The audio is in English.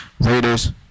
Raiders